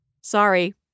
Sorry